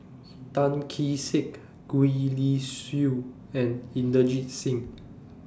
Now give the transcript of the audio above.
Tan Kee Sek Gwee Li Sui and Inderjit Singh